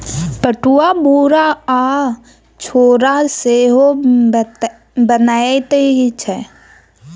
पटुआक बोरा आ झोरा सेहो बनैत छै